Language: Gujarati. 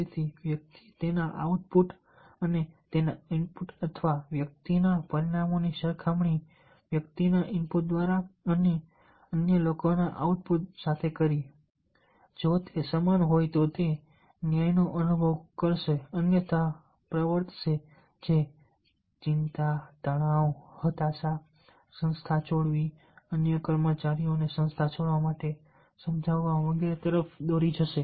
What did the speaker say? તેથી વ્યક્તિએ તેના આઉટપુટ અને તેના ઇનપુટ અથવા વ્યક્તિના પરિણામોની સરખામણી વ્યક્તિના ઇનપુટ દ્વારા અન્ય લોકોના ઇનપુટ સાથે કરી જો તે સમાન હોય તો તે ન્યાયનો અનુભવ કરશે અન્યથા પ્રવર્તશે જે ચિંતા તણાવ હતાશા સંસ્થા છોડવા અન્ય કર્મચારીઓને સંસ્થા છોડવા માટે સમજાવવા વગેરે તરફ દોરી જશે